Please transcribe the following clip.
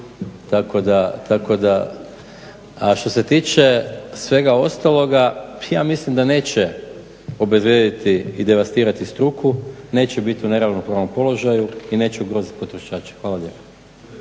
A što se tiče svega ostaloga ja mislim da neće obezvrijediti i devastirati struku, neće biti u neravnopravnom položaju i neće ugroziti potrošače. Hvala lijepo.